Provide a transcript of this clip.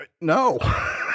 no